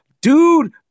Dude